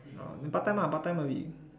then part time ah part time worth it